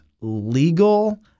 legal